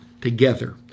together